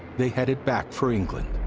they headed back for england.